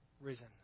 risen